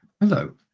Hello